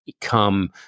come